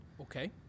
Okay